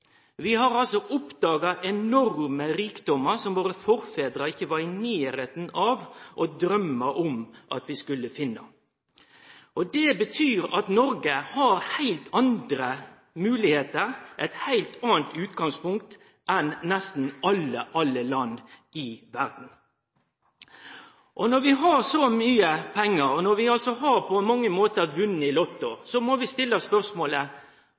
har vunne i Lotto. Vi har oppdaga enorme rikdomar som våre forfedrar ikkje var i nærleiken av å drøyme om at vi skulle finne. Det betyr at Noreg har heilt andre moglegheiter og eit heilt anna utgangspunkt enn nesten alle andre land i verda. Når vi har så mykje pengar, og når vi på mange måtar har vunne i Lotto, må vi stille spørsmålet: